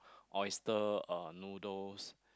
oyster uh noodles